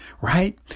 Right